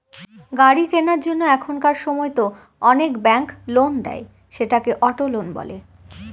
গাড়ি কেনার জন্য এখনকার সময়তো অনেক ব্যাঙ্ক লোন দেয়, সেটাকে অটো লোন বলে